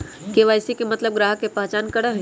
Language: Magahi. के.वाई.सी के मतलब ग्राहक का पहचान करहई?